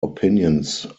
opinions